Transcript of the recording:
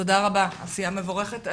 תודה רבה, עשייה מבורכת.